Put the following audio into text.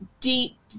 deep